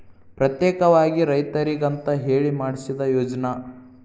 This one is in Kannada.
ಪ್ರತ್ಯೇಕವಾಗಿ ರೈತರಿಗಂತ ಹೇಳಿ ಮಾಡ್ಸಿದ ಯೋಜ್ನಾ